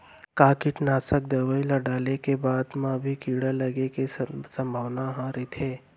का कीटनाशक दवई ल डाले के बाद म भी कीड़ा लगे के संभावना ह रइथे?